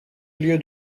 lieu